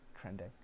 trending